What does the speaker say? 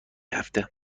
هفته